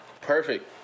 Perfect